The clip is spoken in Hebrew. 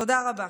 תודה רבה.